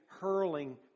hurling